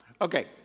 Okay